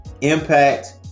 Impact